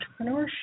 entrepreneurship